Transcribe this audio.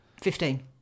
fifteen